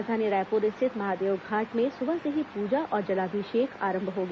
राजधानी रायपुर स्थित महादेवघाट में सुबह से ही पूजा और जलाभिषेक आरंभ हो गया